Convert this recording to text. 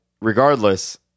regardless